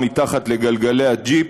מתחת לגלגלי הג'יפ,